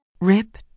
Rip